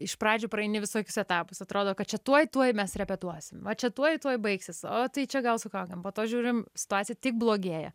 iš pradžių praeini visokius etapus atrodo kad čia tuoj tuoj mes repetuosim va čia tuoj tuoj baigsis o tai čia gal su kaukėm po to žiūrim situaciją tik blogėja